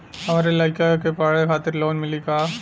हमरे लयिका के पढ़े खातिर लोन मिलि का?